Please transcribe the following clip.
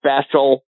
special